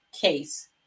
case